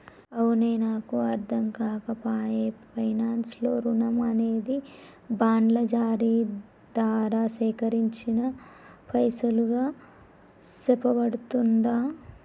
అవునే నాకు అర్ధంకాక పాయె పైనాన్స్ లో రుణం అనేది బాండ్ల జారీ దారా సేకరించిన పైసలుగా సెప్పబడుతుందా